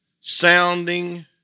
sounding